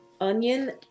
onion